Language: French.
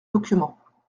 documents